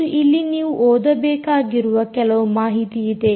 ಮತ್ತು ಇಲ್ಲಿ ನೀವು ಓದಬೇಕಾಗಿರುವ ಕೆಲವು ಮಾಹಿತಿಯಿದೆ